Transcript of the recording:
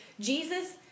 Jesus